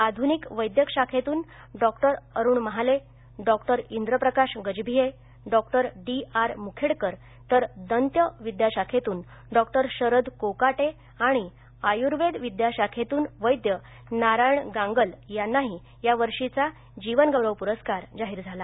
आधुनिक वैद्यक शाखेतून डॉ अरुण महाले डॉ इंद्रप्रकाश गजभियेडॉ डी आर मुखेडकर तर दन्त विद्याशाखेतून डॉ शरद कोकाटे आणि आयुर्वेद विद्याशाखेतून वैद्य नारायण गांगल यांनाही या वर्षीचा जीवन गौरव पुरस्कार जाहीर झाला